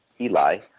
Eli